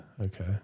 Okay